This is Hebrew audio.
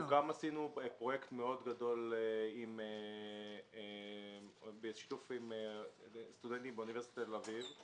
עשינו גם פרויקט מאוד גדול בשיתוף עם סטודנטים באוניברסיטת תל אביב,